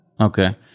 Okay